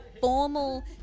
formal